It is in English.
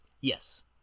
Yes